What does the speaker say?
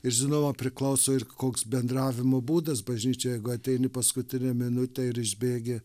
ir žinoma priklauso ir koks bendravimo būdas bažnyčioj jeigu ateini paskutinę minutę ir išbėgi